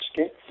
okay